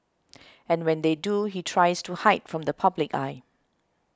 and when they do he tries to hide from the public eye